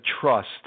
trust